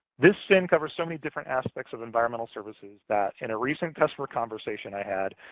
this sin covers so many different aspects of environmental services that in a recent customer conversation i had,